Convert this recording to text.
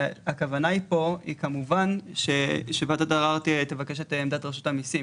שהכוונה פה היא כמובן שוועדת הערר תבקש את עמדת רשות המיסים.